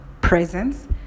presence